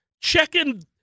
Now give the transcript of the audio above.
checking